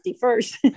first